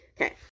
okay